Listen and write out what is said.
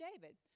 David